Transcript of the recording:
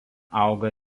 auga